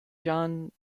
jean